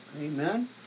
Amen